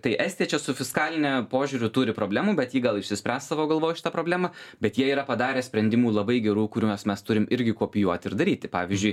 tai estija čia su fiskaline požiūriu turi problemų bet ji gal išsispręs savo galvoj šitą problemą bet jie yra padarę sprendimų labai gerų kuriuos mes turim irgi kopijuoti ir daryti pavyzdžiui